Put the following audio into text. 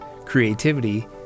creativity